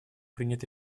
принять